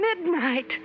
midnight